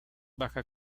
baja